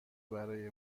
برای